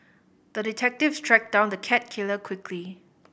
the detective tracked down the cat killer quickly